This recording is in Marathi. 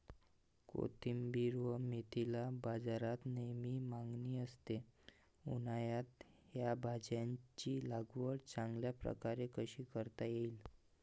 कोथिंबिर व मेथीला बाजारात नेहमी मागणी असते, उन्हाळ्यात या भाज्यांची लागवड चांगल्या प्रकारे कशी करता येईल?